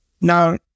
Now